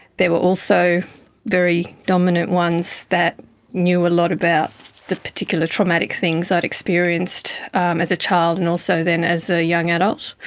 there were also very dominant ones that knew a lot about the particular traumatic things i'd experienced um as a child and also then as a young adult.